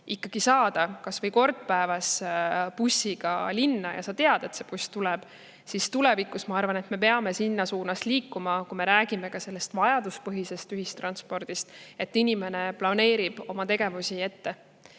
saada kas või kord päevas bussiga linna ja on teada, et buss tuleb, siis tulevikus, ma arvan, me peame liikuma sinna suunas, kui me räägime ka vajaduspõhisest ühistranspordist, et inimene planeerib oma tegevusi ette.